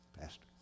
pastor